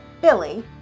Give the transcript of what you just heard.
Billy